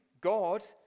God